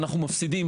אנחנו מפסידים,